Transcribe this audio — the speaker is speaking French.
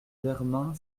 germain